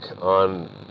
on